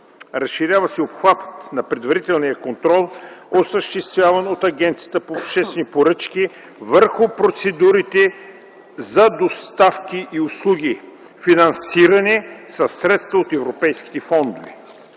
Разширява се обхватът на предварителния контрол, осъществяван от Агенцията по обществени поръчки върху процедурите за доставки и услуги, финансирани със средства от европейските фондове.